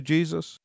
Jesus